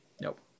nope